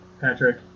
Patrick